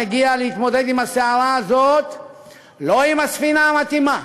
מגיע להתמודד עם הסערה הזאת לא עם הספינה המתאימה.